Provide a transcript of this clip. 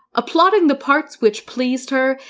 applauding the parts which pleased her,